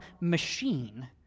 machine